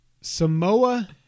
Samoa